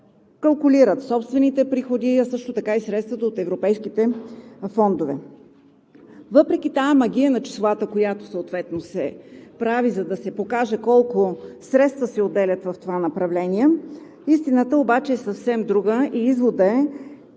калкулират собствените приходи, а също така и средствата от европейските фондове. Въпреки тази магия на числата, която съответно се прави, за да се покаже колко средства се отделят в това направление, истината обаче е съвсем друга и изводът